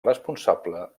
responsable